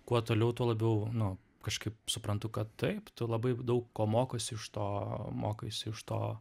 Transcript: kuo toliau tuo labiau nu kažkaip suprantu kad taip tu labai daug ko mokosi iš to mokaisi iš to